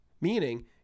meaning